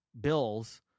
bills